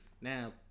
Now